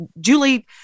Julie